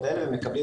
זה יהיה